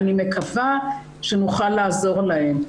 אני מקווה שנוכל לעזור להם.